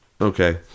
Okay